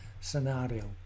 scenario